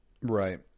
Right